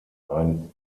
ein